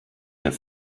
der